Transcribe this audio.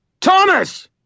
Thomas